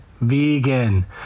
vegan